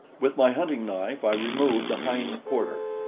with my hunting-knife i removed a hind-quarter,